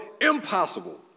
impossible